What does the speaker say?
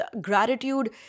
Gratitude